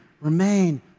remain